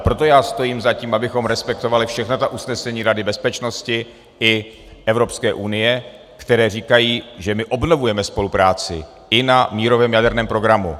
Proto já stojím za tím, abychom respektovali všechna ta usnesení Rady bezpečnosti i Evropské unie, která říkají, že obnovujeme spolupráci i na mírovém jaderném programu.